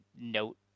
note